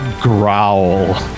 growl